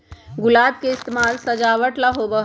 गुलाब के इस्तेमाल सजावट ला होबा हई